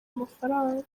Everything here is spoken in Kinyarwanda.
amafaranga